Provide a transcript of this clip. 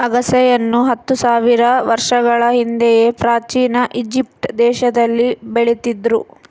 ಅಗಸೆಯನ್ನು ಹತ್ತು ಸಾವಿರ ವರ್ಷಗಳ ಹಿಂದೆಯೇ ಪ್ರಾಚೀನ ಈಜಿಪ್ಟ್ ದೇಶದಲ್ಲಿ ಬೆಳೀತಿದ್ರು